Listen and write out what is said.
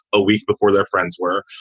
a week before. their friends were,